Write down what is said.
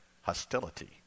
hostility